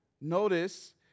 Notice